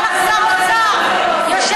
היה לך שר אוצר, יושב-ראש